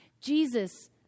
Jesus